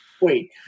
wait